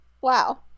wow